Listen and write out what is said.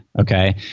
Okay